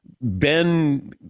Ben